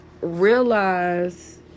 realize